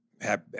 Happy